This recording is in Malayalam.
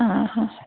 ആ ഹാ